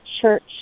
church